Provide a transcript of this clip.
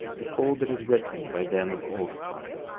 behold, it is written by them of old time,